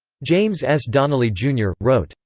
james s. donnelly, jr, wrote,